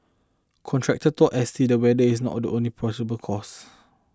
contractor told S T the weather is not the only possible cause